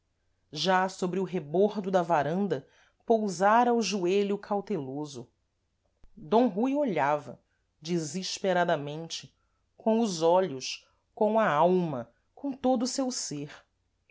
já sôbre o rebordo da varanda pousara o joelho cauteloso d rui olhava desesperadamente com os olhos com a alma com todo o seu ser